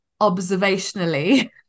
observationally